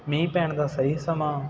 ਮੀਂਹ ਪੈਣ ਦਾ ਸਹੀ ਸਮਾਂ